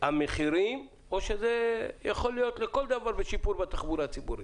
המחירים או שזה יכול להיות לכל דבר בשיפור בתחבורה הציבורית.